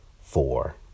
four